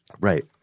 Right